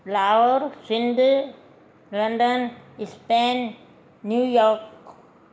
Lahore Sindh London Spain New York